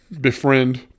befriend